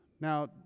Now